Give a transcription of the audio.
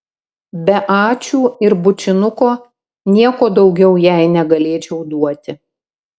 be ačiū ir bučinuko nieko daugiau jai negalėčiau duoti